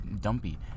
dumpy